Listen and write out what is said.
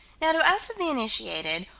now to us of the initiated,